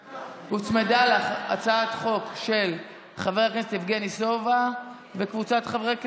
הוצמדה לה הצעת חוק של חבר הכנסת יבגני סובה וקבוצת חברי הכנסת.